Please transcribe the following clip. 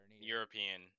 European